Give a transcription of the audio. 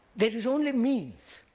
there is only means,